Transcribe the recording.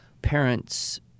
parents